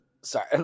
Sorry